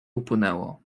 upłynęło